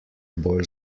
bolj